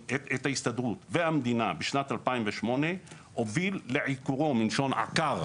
ואת המדינה בשנת 2008 הוביל לעיקורו, מלשון עקר